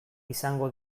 izango